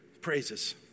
praises